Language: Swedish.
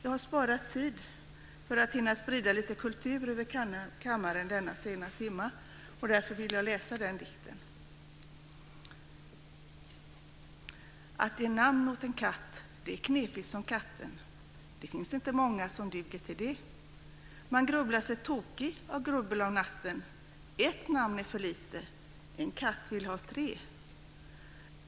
Jag har sparat tid för att hinna sprida lite kultur över kammaren i denna sena timma, och därför vill jag läsa denna dikt. Att ge namn åt en katt, det är knepigt som katten. Det finns inte många som duger till de ! Man grubblar sig tokig av grubbel om natten. ETT namn är för lite.